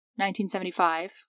1975